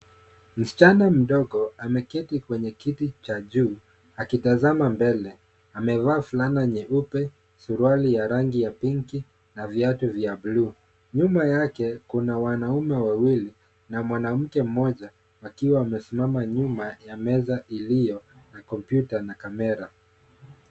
Msichana mdogo ameketi kwenye kiti cha juu akitazama mbele, amevaa fulana nyeupe, suruali ya rangi ya Pinki na viatu vya bluu. Nyuma yake, kuna wanaume wawili na mwanammke mmoja, akiwa amesimama nyuma ya meza iliyo na kompyuta na kamera.